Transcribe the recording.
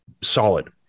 Solid